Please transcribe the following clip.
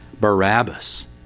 Barabbas